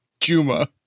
Juma